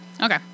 Okay